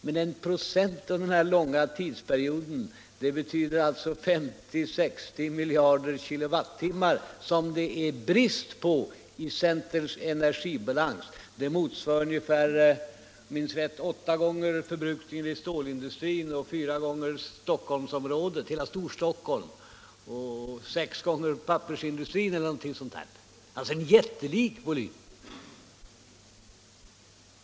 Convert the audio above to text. Men 1 96 under den här långa tidsperioden betyder en brist på 50-60 miljarder kilowatttimmar i centerns energibalans. Det motsvarar, om jag minns rätt, ungefär åtta gånger förbrukningen i storindustrin, fyra gånger hela Storstockholms förbrukning och sex gånger pappersindustrins — alltså en jättelik volym.